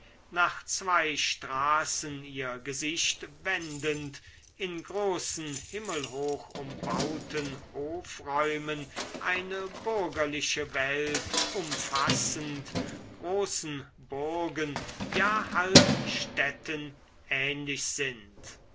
nach zwei straßen ihr gesicht wendend in großen himmelhoch umbauten hofräumen eine burgerliche welt umfassend großen burgen ja halbstädten ähnlich sind